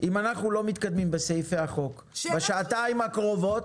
אם אנחנו לא מתקדמים בסעיפי החוק בשעתיים הקרובות,